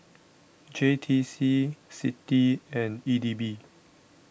J T C C I T I and E D B